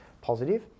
positive